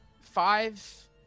five